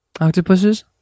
octopuses